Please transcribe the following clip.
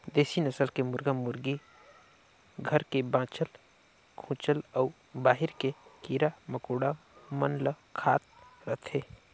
देसी नसल के मुरगा मुरगी घर के बाँचल खूंचल अउ बाहिर के कीरा मकोड़ा मन ल खात रथे